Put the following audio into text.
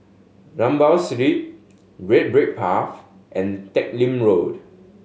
Rambau Street Red Brick Path and Teck Lim Road